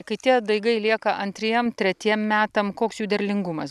kai tie daigai lieka antriem tretiem metams koks jų derlingumas